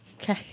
Okay